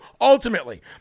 ultimately